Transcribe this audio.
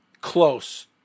close